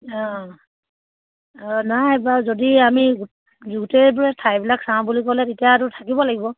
অঁ অঁ নাই বাৰু যদি আমি গোটেই গোটেইবোৰে ঠাইবিলাক চাওঁ বুলি ক'লে তেতিয়াতো থাকিব লাগিব